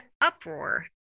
uproar